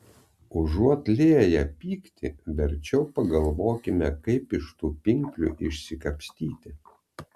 užuot lieję pyktį verčiau pagalvokime kaip iš tų pinklių išsikapstyti